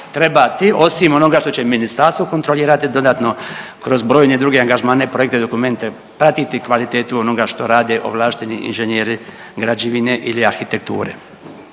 trebati, osim onoga što će Ministarstvo kontrolirati dodatno kroz brojne druge angažmane, projekte, dokumente, pratiti kvalitetu onoga što rade ovlašteni inženjeri građevine ili arhitekture.